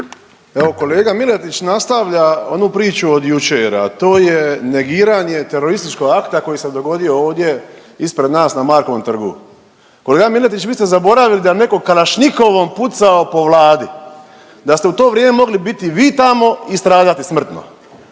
Evo kolega Miletić nastavlja onu priču od jučer, a to je negiranje terorističkog akta koji se dogodio ovdje ispred nas na Markovom trgu. Kolega Miletić vi ste zaboravili da je netko kalašnjikovom pucao po Vladi. Da ste u to vrijeme mogli biti vi tamo i stradati smrtno.